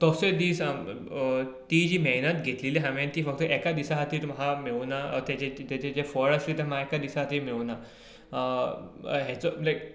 तसो दीस ती जी मेहनत घेतलेली हांवें ती फक्त एका दिसा खातीर म्हाका मेळुना ताजें जें फळ आसलें ते म्हाका एका दिसा खातीर मेळुना हाचो लायक